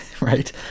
Right